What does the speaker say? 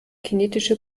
kinetische